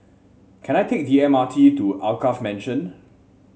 can I take the M R T to Alkaff Mansion